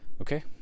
okay